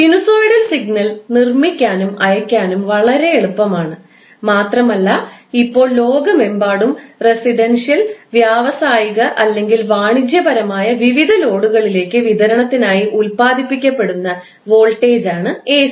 sinusoidal signal നിർമ്മിക്കാനും അയക്കാനും വളരെ എളുപ്പമാണ് മാത്രമല്ല ഇപ്പോൾ ലോകമെമ്പാടും റെസിഡൻഷ്യൽ വ്യാവസായിക അല്ലെങ്കിൽ വാണിജ്യപരമായ വിവിധ ലോഡുകളിലേക്ക് വിതരണത്തിനായി ഉത്പാദിപ്പിക്കപ്പെടുന്ന വോൾട്ടേജ് ആണ് എസി